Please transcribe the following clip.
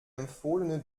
empfohlene